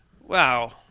wow